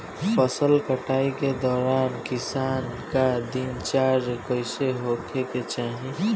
फसल कटाई के दौरान किसान क दिनचर्या कईसन होखे के चाही?